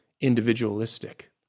individualistic